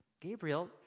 Gabriel